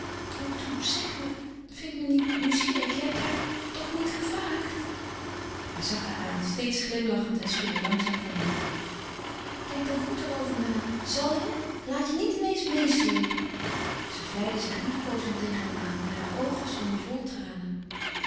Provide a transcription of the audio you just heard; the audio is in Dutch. toe zeg me vind me niet nieuwsgierig je hebt haar toch nog niet gevraagd hij zag haar aan steeds glimlachend en schudde langzaam van neen denk dan goed er over na zal je laat je niet ineens meêsleepen zij vlijde zich liefkoozend tegen hem aan en haar oogen stonden vol tranen